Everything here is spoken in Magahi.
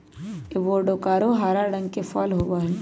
एवोकाडो हरा रंग के फल होबा हई